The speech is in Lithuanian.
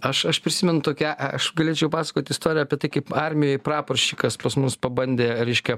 aš aš prisimenu tokią aš galėčiau pasakot istoriją apie tai kaip armijoj praporščikas pas mus pabandė reiškia